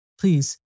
Please